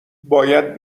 باید